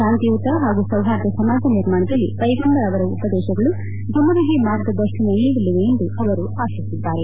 ಶಾಂತಿಯುತ ಹಾಗೂ ಸೌಹಾರ್ದ ಸಮಾಜ ನಿರ್ಮಾಣದಲ್ಲಿ ಹೈಗಂಬರ್ ಅವರ ಉಪದೇತಗಳು ಜನರಿಗೆ ಮಾರ್ಗದರ್ಶನ ನೀಡಲಿವೆ ಎಂದು ಅವರು ಆತಿಸಿದ್ದಾರೆ